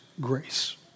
grace